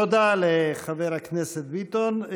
תודה לחבר הכנסת ביטון.